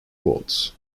votes